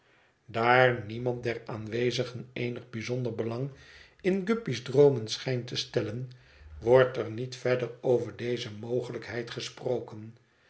daar niemand der aanwezigen eenig bijzonder belang in guppy's droomen schijnt te stellen wordt er niet verder over deze mogelijkheid gesproken